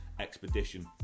Expedition